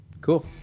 Cool